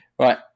Right